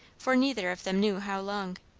for neither of them knew how long.